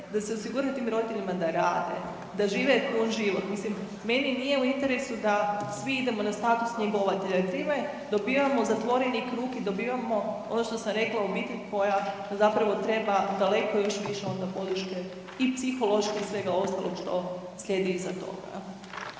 da se osigura tim roditeljima da rade, da žive pun život. Mislim meni nije u interesu da svi idemo na status njegovatelja jer time dobivamo zatvoreni krug i dobivamo ono što sam rekla obitelj koja treba daleko još više onda podrške i psihološke i svega ostalog što slijedi iza toga.